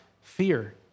fear